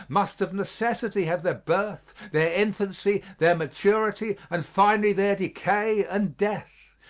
must of necessity have their birth, their infancy, their maturity and finally their decay and death.